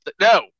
No